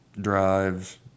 drives